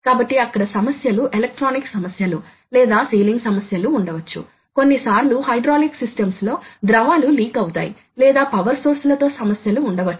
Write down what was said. కాబట్టి మీకు కొన్ని సూచనలు ఉండవచ్చు లేదా ఉండకపోవచ్చు అపరాండ్ అని పిలవబడేది ఒకటి కావచ్చు మరియు అవసరాన్ని బట్టి ఒక నిర్దిష్ట సూచన లో 6 7 అపరాండ్ లు కూడా ఉండవచ్చు